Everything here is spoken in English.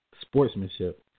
sportsmanship